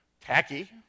Tacky